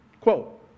Quote